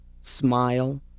smile